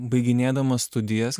baiginėdamas studijas